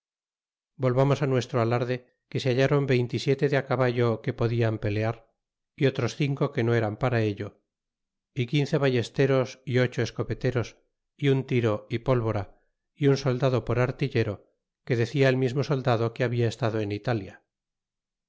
volvamos nuestro alarde que se hallron veinte y siete de a caballo que podian pelear y otros cinco que no eran para ello y quince ballesteros y ocho escopeteros y un tiro y pólvora y un soldado por artillero que decía el mismo soldado que habla estado en italia